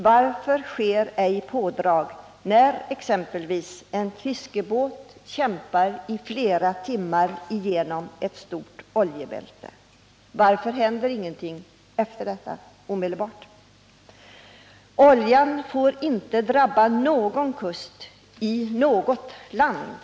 Varför sker ej pådrag, när man exempelvis får veta att en fiskebåt kämpar i flera timmar för att komma igenom ett stort oljebälte? Varför händer ingenting omedelbart efter en sådan händelse? Oljeutsläpp får inte drabba någon kust i något land.